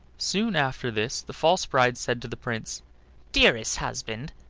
soon after this the false bride said to the prince dearest husband,